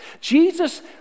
Jesus